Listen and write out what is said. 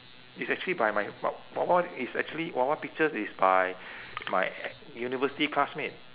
it's actually by my wa~ wawa is actually wawa pictures is by my university classmate